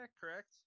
Correct